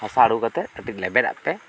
ᱦᱟᱥᱟ ᱟᱬᱜᱩ ᱠᱟᱛᱮᱜ ᱠᱟᱹᱴᱤᱡ ᱞᱮᱵᱮᱫᱟᱜ ᱯᱮ